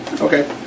Okay